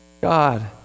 God